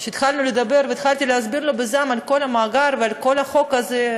כשהתחלנו לדבר והתחלתי להסביר לו בזעם על כל המאגר ועל כל החוק הזה,